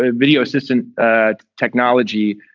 ah video. assistant ah technology,